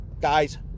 guys